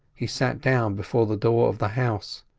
he sat down before the door of the house,